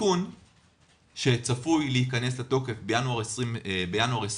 התיקון שצפוי להיכנס לתוקף בינואר 2022,